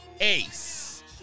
Ace